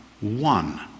one